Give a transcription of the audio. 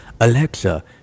Alexa